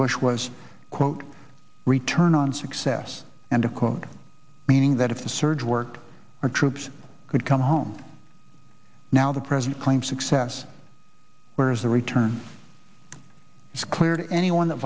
bush was quote return on success and to quote meaning that if the surge worked our troops could come home now the present claim success where is the return it's clear to anyone that